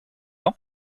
ans